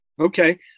Okay